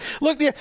Look